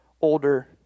older